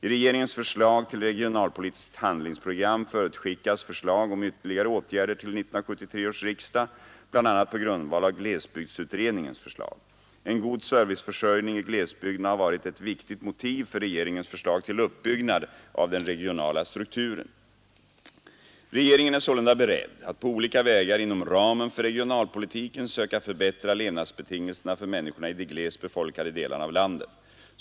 I regeringens förslag till regionalpolitiskt handlingsprogram förutskickas förslag om ytterligare åtgärder till 1973 års riksdag bl.a. på grundval av glesbygdsutredningens förslag. En god serviceförsörjning i glesbygderna har varit ett viktigt motiv för regeringens förslag till uppbyggnad av den regionala strukturen. Regeringen är sålunda beredd att på olika vägar inom ramen för regionalpolitiken söka förbättra levnadsbetingelserna för människorna i de glest befolkade delarna av landet.